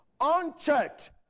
Unchecked